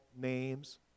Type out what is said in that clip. names